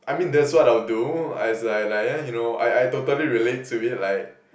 I mean that's what I would do I it's like like yeah you know I I totally relate to it like